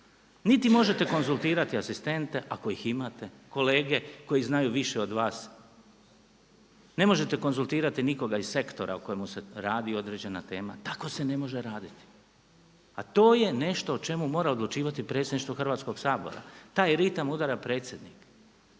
niti možete konzultirati asistente ako ih imate, kolege koji znaju više od vas. Ne možete konzultirati nikoga iz sektora o kojemu se radi određena tema. Tako se ne može raditi. A to je nešto o čemu mora odlučivati predsjedništvo Hrvatskoga sabora, taj ritam udara predsjednik.